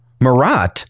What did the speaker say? Marat